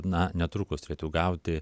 na netrukus turėtų gauti